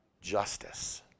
justice